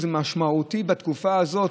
זה משמעותי בתקופה הזאת,